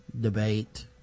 debate